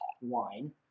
wine